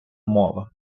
мова